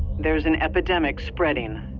there's an epidemic spreading.